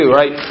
right